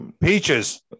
Peaches